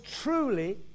truly